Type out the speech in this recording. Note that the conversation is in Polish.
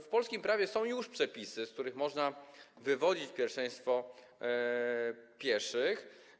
W polskim prawie są już przepisy, z których można wywodzić pierwszeństwo pieszych.